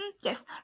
yes